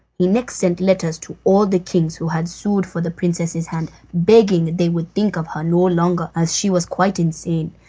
he next sent letters to all the kings who had sued for the princess's hand, begging they would think of her no longer, as she was quite insane,